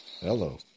Hello